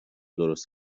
درست